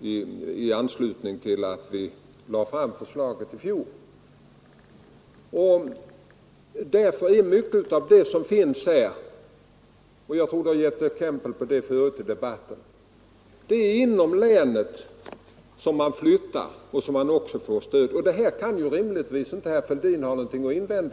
i anslutning till att vi lade fram förslaget i fjol. Därför avser mycket av detta — och jag tror att det har getts exempel på den saken under debatten — flyttning inom länet, som det alltså också utgår stöd till. Detta kan ju herr Fälldin rimligtvis inte ha någonting emot.